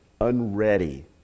unready